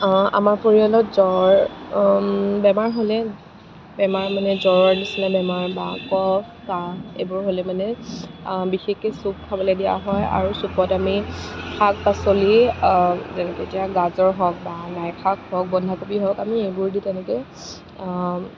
আমাৰ পৰিয়ালত বেমাৰ হ'লে বেমাৰ মানে জ্বৰৰ নিচিনা বেমাৰ বা কফ কাহ এইবোৰ হ'লে মানে বিশেষকৈ চুপ খাবলৈ দিয়া হয় আৰু চুপত আমি শাক পাচলি গাজৰ হওক বা লাই শাক হওক বন্ধাকবি হওক আমি এইবোৰেদি তেনেকৈ